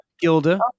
Gilda